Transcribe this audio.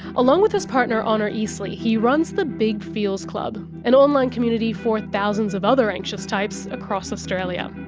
along with his partner honor eastly, he runs the big feels club, an online community for thousands of other anxious types across australia.